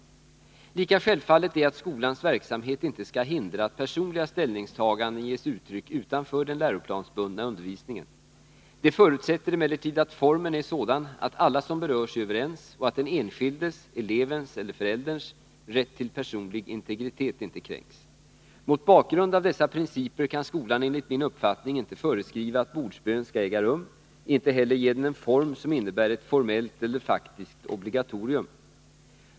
Lika självfallet är att skolans verksamhet inte skall hindra att personliga ställningstaganden ges uttryck utanför den läroplansbundna undervisningen. Det förutsätter emellertid att formen är sådan att alla som berörs är överens och att den enskildes — elevens eller förälderns — rätt till personlig integritet inte kränks. Mot bakgrund av dessa principer kan skolan enligt min uppfattning inte föreskriva att bordsbön skall äga rum, inte heller ge den en form som innebär ett formellt eller faktiskt obligatorium.